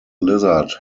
lizard